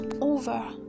over